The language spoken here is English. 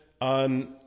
on